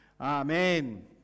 Amen